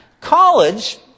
College